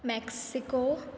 Mexico